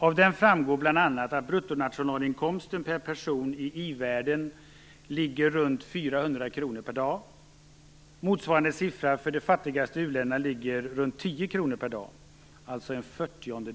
Av den framgår bl.a. att bruttonationalinkomsten per person i i-världen ligger runt 400 kr per dag. Motsvarande siffra för de fattigaste uländerna ligger runt 10 kr per dag, alltså en fyrtiondel.